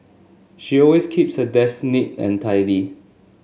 she always keeps her desk neat and tidy